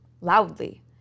loudly